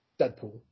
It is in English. Deadpool